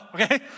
okay